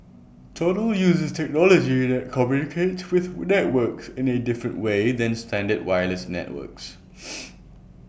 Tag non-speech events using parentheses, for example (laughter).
total uses technology that communicates with networks in A different way than standard wireless networks (noise)